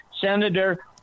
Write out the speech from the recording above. senator